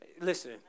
listen